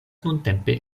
nuntempe